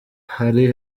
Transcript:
hari